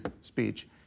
speech